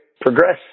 progress